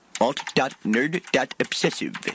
Alt.nerd.obsessive